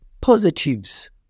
positives